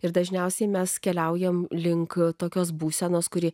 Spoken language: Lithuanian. ir dažniausiai mes keliaujame link tokios būsenos kuri